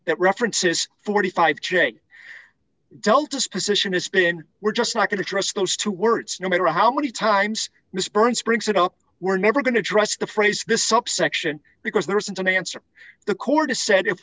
that references forty five j dealt us position has been we're just not going to trust those two words no matter how many times mr burns brings it up we're never going to address the phrase this subsection because there isn't an answer the court has said if